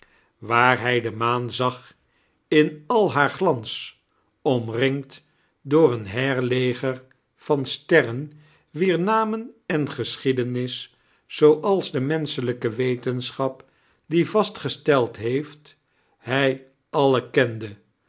waar hij de maan zag in al haar glans omringd door een heirleger van sterren wier namen en geschiedenis zooals de menschelijke wetenschap die vastgesteld heeft hij alle kende